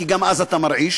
כי גם אז אתה מרעיש,